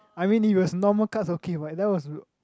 I mean it was normal card okay but that was